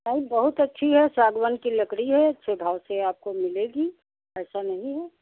sir बहुत अच्छी है सागवान की लकड़ी है अच्छे भाव से आपको मिलेगी ऐसा नहीं है